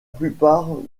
plupart